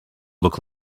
look